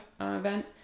event